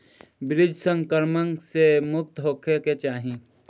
बीज संक्रमण से मुक्त होखे के चाही